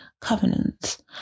covenants